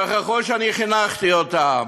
שכחו שאני חינכתי אותם.